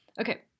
Okay